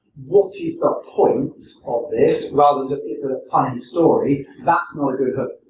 what is the point of this, rather than just it's a funny story? that's not a good hook.